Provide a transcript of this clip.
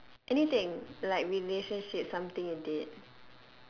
anything like relationships something you did